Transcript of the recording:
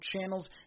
channels